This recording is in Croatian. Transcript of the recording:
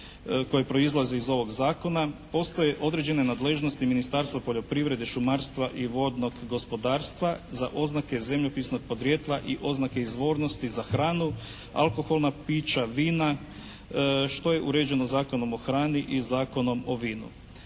koje proizlazi iz ovog zakona postoje određene nadležnosti Ministarstva poljoprivrede, šumarstva i vodnog gospodarstva za oznake zemljopisnog podrijetla i oznake izvornosti za hranu, alkoholna pića, vina što je uređeno Zakonom o hrani i Zakonom o vinu.